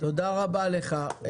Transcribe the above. תודה רבה לך.